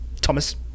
Thomas